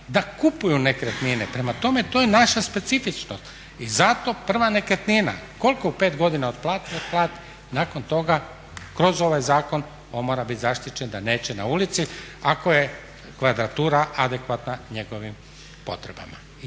da kupuju nekretnine. Prema tome, to je naša specifičnost i zato prva nekretnina koliko u pet godina otplati, otplati. Nakon toga kroz ovaj zakon on mora bit zaštićen da neće na ulici ako je kvadratura adekvatna njegovim potrebama.